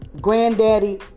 Granddaddy